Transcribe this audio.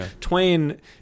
Twain